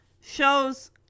shows